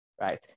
Right